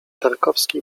tarkowski